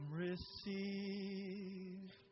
receive